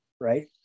Right